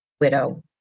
widow